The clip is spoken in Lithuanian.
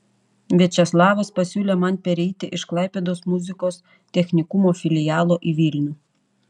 viačeslavas pasiūlė man pereiti iš klaipėdos muzikos technikumo filialo į vilnių